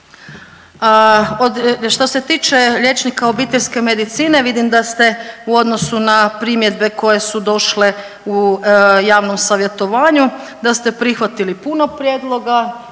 što se tiče liječnika obiteljske medicine, vidim da ste u odnosu na primjedbe koje su došle u javnom savjetovanju, da ste prihvatili puno prijedloga,